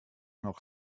noch